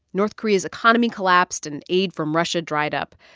north korea's economy collapsed, and aid from russia dried up.